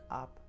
up